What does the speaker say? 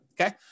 Okay